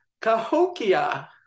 Cahokia